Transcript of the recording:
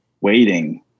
waiting